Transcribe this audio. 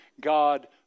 God